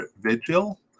Vigil